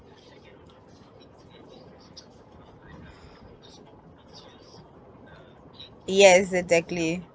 yes exactly